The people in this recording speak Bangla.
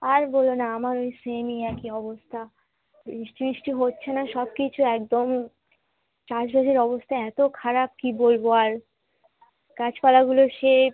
আর বলো না আমার ওই সেমই একই অবস্তা বৃষ্টি ইষ্টি হচ্ছে না সব কিছু একদম চাষবাসের অবস্থা এতো খারাপ কী বলবো আর গাছপালাগুলো সে